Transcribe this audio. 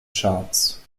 charts